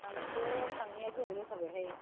आंबोथ' थाङैआ गोबाव जाथारबायहाय